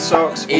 Socks